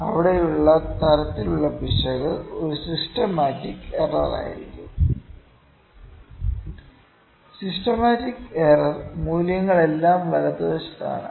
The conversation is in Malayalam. അവിടെയുള്ള തരത്തിലുള്ള പിശക് ഒരു സിസ്റ്റമാറ്റിക് എററായിരിക്കും സിസ്റ്റമാറ്റിക് എറർ മൂല്യങ്ങൾ എല്ലാം വലതുവശത്ത് ആണ്